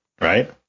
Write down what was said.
right